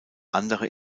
andere